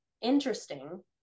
interesting